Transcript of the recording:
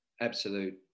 absolute